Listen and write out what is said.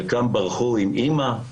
חלקם ברחו עם אמא,